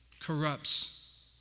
corrupts